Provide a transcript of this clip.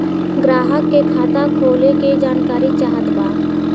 ग्राहक के खाता खोले के जानकारी चाहत बा?